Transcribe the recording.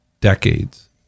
decades